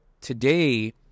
today